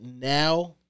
now